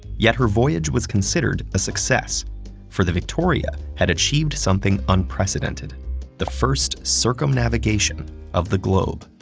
yet her voyage was considered a success for the victoria had achieved something unprecedented the first circumnavigation of the globe.